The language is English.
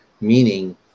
meaning